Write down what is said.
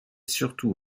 surtout